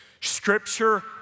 Scripture